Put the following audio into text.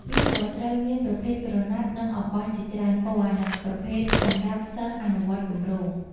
វាក៏ត្រូវមានប្រភេទក្រណាត់និងអំបោះជាច្រើនពណ៌និងប្រភេទសម្រាប់សិស្សអនុវត្តគម្រោង។